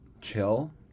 chill